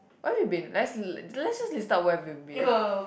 where we've been let's see let's just list out where we've been